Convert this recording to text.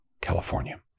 California